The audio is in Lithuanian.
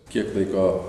kiek laiko